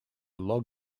log